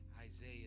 Isaiah